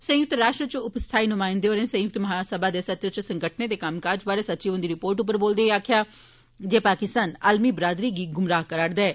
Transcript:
संयुक्त राष्ट्र उप स्थाई नुमाइंदे होरें संयुक्त महासभा दे सत्र च संगठनें दे कम्मकाज बारै सचिव हन्दी रिपोर्ट उप्पर बोलदे होई आक्खेया जे पाकिस्तान आलमी बरादरी गी ग्मराह करा रदा ऐ